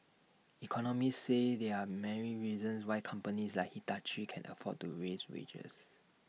economists say there are many reasons why companies like Hitachi can afford to raise wages